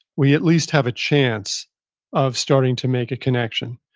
we at least have a chance of starting to make a connection.